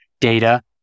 data